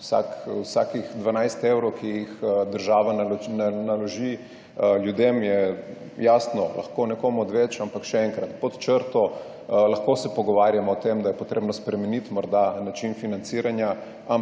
vsakih 12 evrov, ki jih država naloži ljudem, je jasno lahko nekomu odveč, ampak še enkrat, pod črto, lahko se pogovarjamo o tem, da je potrebno spremeniti morda način financiranja,